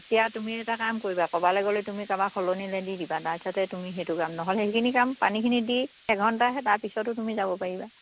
এতিয়া তুমি এটা কাম কৰিবা ক'ৰবালে গ'লে তুমি কাবা সলনিলে দি দিবা তাৰিছতে তুমি সেইটো কাম নহ'লে সেইখিনি কাম পানীখিনি দি এঘণ্টাহে তাৰপিছতো তুমি যাব পাৰিবা